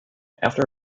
after